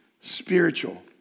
spiritual